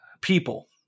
people